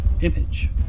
image